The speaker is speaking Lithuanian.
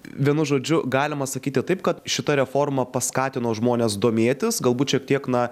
vienu žodžiu galima sakyti taip kad šita reforma paskatino žmones domėtis galbūt šiek tiek na